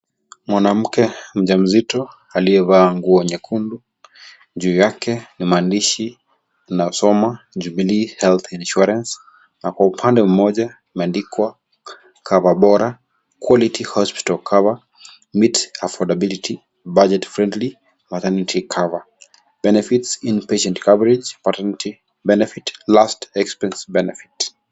Mwanamuke mjamzito aliewa anguwa nyekundu. Juyo yake ni manishi na usoma Jubilee Health Insurance. Makuupande mmoje mendikwa ; (cs) Coverbora QUALITY HOSPITAL COVER MEETS AFFORDABILITY BUDGET FRIENDLY MATERNITY COVER BENEFITS: In-Patient coverage Maternity Benefit Last expense Benefit (cs)